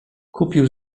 kupił